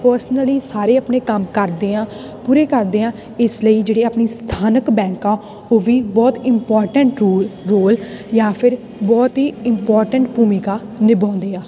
personally ਸਾਰੇ ਆਪਣੇ ਕੰਮ ਕਰਦੇ ਹਾਂ ਪੂਰੇ ਕਰਦੇ ਹਾਂ ਇਸ ਲਈ ਜਿਹੜੇ ਆਪਣੀ ਸਥਾਨਕ ਬੈਂਕ ਆ ਉਹ ਵੀ ਬਹੁਤ ਇੰਪੋਰਟੈਂਟ ਰੂਲ ਰੋਲ ਜਾਂ ਫਿਰ ਬਹੁਤ ਹੀ ਇੰਪੋਰਟੈਂਟ ਭੂਮਿਕਾ ਨਿਭਾਉਂਦੇ ਆ